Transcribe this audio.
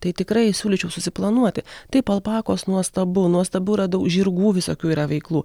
tai tikrai siūlyčiau susiplanuoti taip alpakos nuostabu nuostabu yra dau žirgų visokių yra veiklų